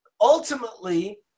ultimately